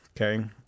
okay